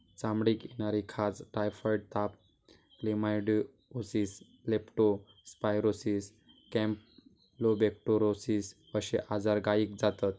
चामडीक येणारी खाज, टायफॉइड ताप, क्लेमायडीओसिस, लेप्टो स्पायरोसिस, कॅम्पलोबेक्टोरोसिस अश्ये आजार गायीक जातत